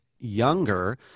younger